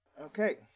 Okay